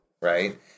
right